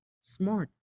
smart